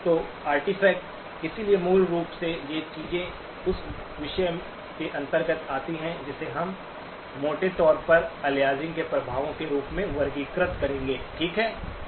तो आर्टिफैक्ट इसलिए मूल रूप से ये चीजें उस विषय के अंतर्गत आती हैं जिसे हम मोटे तौर पर अलियासिंग के प्रभावों के रूप में वर्गीकृत करेंगे ठीक है